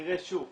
במחירי שוק